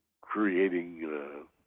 creating